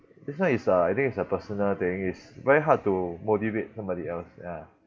this one is a I think it's a personal thing it's very hard to motivate somebody else ya